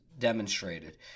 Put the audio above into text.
demonstrated